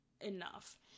enough